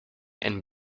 and